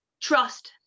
trust